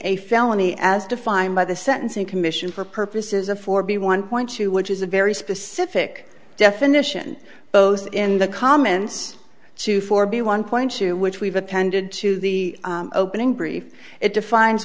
a felony as defined by the sentencing commission for purposes of four b one point two which is a very specific definition both in the comments two for b one point two which we've appended to the opening brief it defines